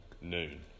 noon